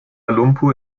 lumpur